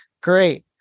great